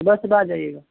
صبح صبح آ جائیے گا